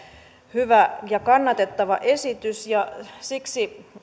hyvä ja kannatettava esitys siksi